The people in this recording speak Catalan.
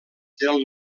del